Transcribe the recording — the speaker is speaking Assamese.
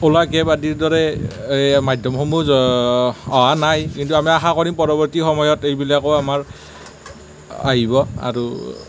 ওলা কেব আদিৰ দৰে এই মাধ্যমসমূহ অহা নাই কিন্তু আমি আশা কৰিম পৰৱৰ্তী সময়ত এইবিলাকো আমাৰ আহিব আৰু